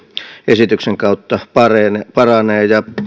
esityksen kautta paranee paranee ja